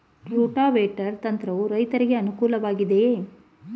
Rotavator ಯಂತ್ರವು ರೈತರಿಗೆ ಅನುಕೂಲ ವಾಗಿದೆಯೇ?